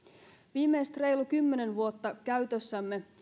viimeiset reilut kymmenen vuotta käytössämme